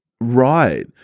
Right